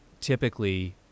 typically